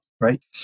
right